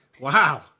Wow